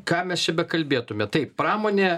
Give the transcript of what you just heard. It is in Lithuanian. ką mes čia bekalbėtume taip pramonė